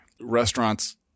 restaurants